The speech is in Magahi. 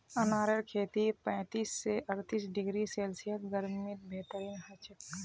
अनारेर खेती पैंतीस स अर्तीस डिग्री सेल्सियस गर्मीत बेहतरीन हछेक